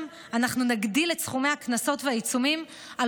אנחנו גם נגדיל את סכומי הקנסות והעיצומים על